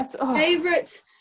favorite